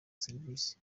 service